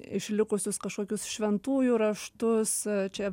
išlikusius kažkokius šventųjų raštus čia